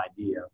idea